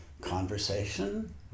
conversation